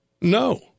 No